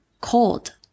Cold